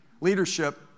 Leadership